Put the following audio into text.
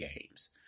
games